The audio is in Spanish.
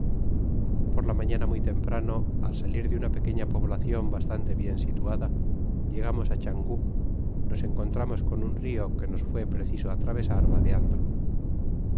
por la mafiana muy temprano al salir de una pequeña poblaciou bastante bien situada llamaba changú nos encontramos con un rio que nos fué preciso atravesar vadeándolo